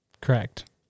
Correct